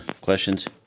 questions